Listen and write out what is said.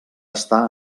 estar